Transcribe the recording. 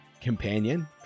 companion